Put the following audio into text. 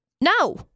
No